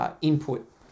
input